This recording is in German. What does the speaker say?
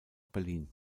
berlin